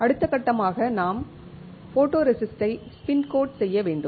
அடுத்த கட்டமாக நாம் போட்டோரெசிஸ்ட்டை ஸ்பின் கோட் செய்ய வேண்டும்